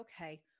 okay